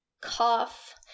cough